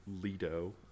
Lido